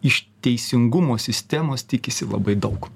iš teisingumo sistemos tikisi labai daug